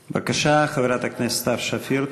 בבקשה, חברת הכנסת סתיו שפיר.